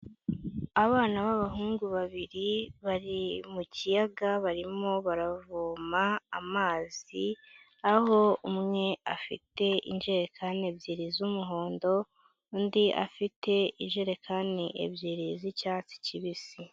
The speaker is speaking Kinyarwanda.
Abana b'abahungu babiri, bari mu kiyaga, barimo baravoma amazi, aho umwe afite injerekani ebyiri z'umuhondo, undi afite injerekani ebyiri z'icyatsi kibisi.